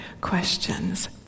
questions